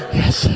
yes